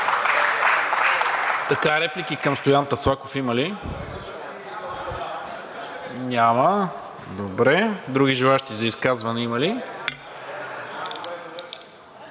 Реплики към Стоян Таслаков има ли? Няма. Други желаещи за изказване има ли?